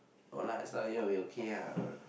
no lah as long as with you I'll be okay ah